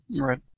Right